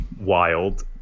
wild